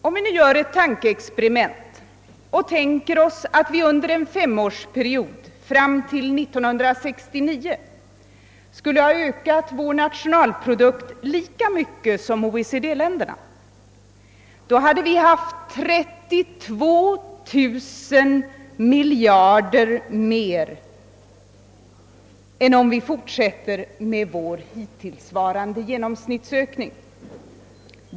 Om vi gör det tankeexperimentet att vi under en femårsperiod fram till år 1969 skulle ha ökat vår nationalprodukt lika mycket som OECD-länderna, finner vi att vi hade haft 32000 miljoner kronor mera än om vi fortsatt med vår hittillsvarande genomsnittsökning.